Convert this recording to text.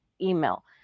email